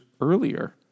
earlier